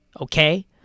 okay